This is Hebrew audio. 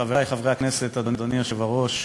חברי חברי הכנסת, אדוני היושב-ראש,